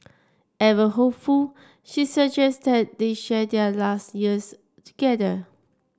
ever hopeful she suggest that they share their last years together